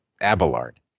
Abelard